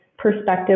perspective